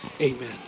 Amen